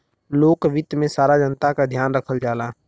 लोक वित्त में सारा जनता क ध्यान रखल जाला